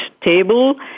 table